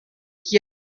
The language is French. qui